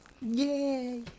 Yay